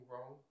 wrong